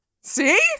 See